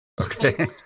okay